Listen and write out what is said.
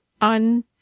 on